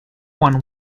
one